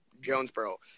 Jonesboro